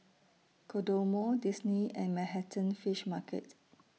Kodomo Disney and Manhattan Fish Market